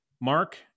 Mark